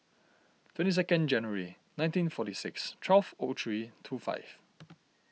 twenty second January nineteen forty six twelve O three two five